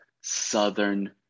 Southern